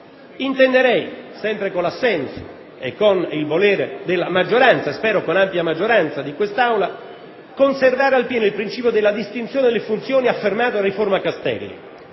Intenderei, sempre con l'assenso e il volere della maggioranza - che spero sarà ampia - di quest'Aula, conservare appieno il principio della distinzione delle funzioni affermato nella riforma Castelli: